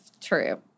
true